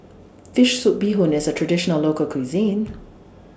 Fish Soup Bee Hoon IS A Traditional Local Cuisine